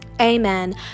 Amen